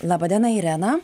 laba diena irena